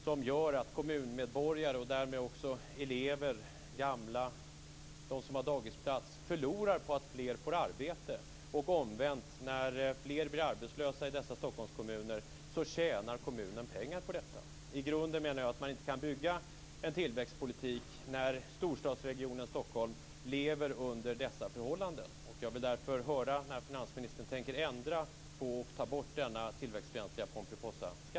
Det gör att kommunmedborgare, och därmed också elever, gamla och de som har dagisplats, förlorar på att fler får arbete. Det omvända gäller också: När fler blir arbetslösa i dessa Stockholmskommuner tjänar kommunen pengar på det. I grunden menar jag att man inte kan bygga en tillväxtpolitik när storstadsregionen Stockholm lever under dessa förhållanden. Därför vill jag höra när finansministern tänker ta bort denna tillväxtfientliga